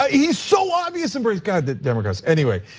ah he's so obvious, and praise god that democrats, anyway.